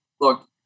look